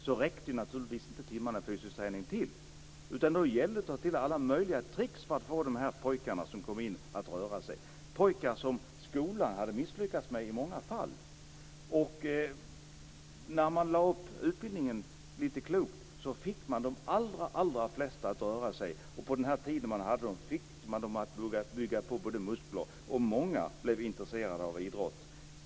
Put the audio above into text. Då räckte inte timmarna i fysisk träning till, utan då gällde det att ta till alla möjliga trick för att få de pojkar som kom in att röra sig - pojkar som skolan hade misslyckats med i många fall. När man lade upp utbildningen lite klokt fick man de allra flesta att röra sig. På den tid man hade dem fick man många att börja bygga på sina muskler, och många blev intresserade av idrott.